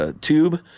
tube